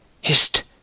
Hist